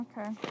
Okay